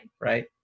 Right